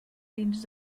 dins